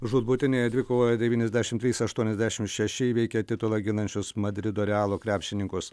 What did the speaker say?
žūtbūtinėje dvikovoje devyniasdešim trys aštuoniasdešim šeši įveikė titulą ginančius madrido realo krepšininkus